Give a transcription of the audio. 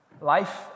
life